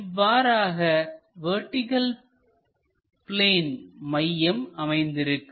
இவ்வாறாக vertical plane மையம் அமைந்திருக்கும்